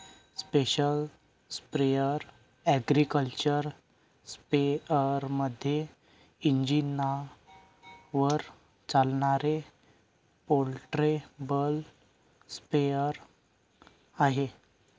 special sprayer agriculture स्पेअरमध्ये इंजिनावर चालणारे पोर्टेबल स्प्रेअर आहे